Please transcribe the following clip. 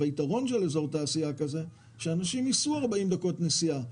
היתרון של אזור תעשייה כזה הוא שאנשים ייסעו אליו 40 דקות נסיעה,